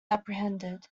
apprehended